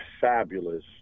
fabulous